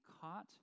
caught